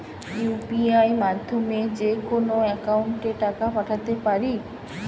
UPI মাধ্যমে যেকোনো একাউন্টে টাকা পাঠাতে পারি?